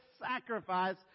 sacrifice